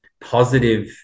positive